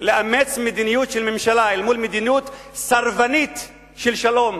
לאמץ מדיניות של שלום אל מול מדיניות סרבנית של שלום,